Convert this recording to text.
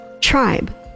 Tribe